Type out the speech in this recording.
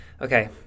okay